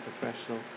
professional